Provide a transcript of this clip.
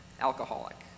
Alcoholic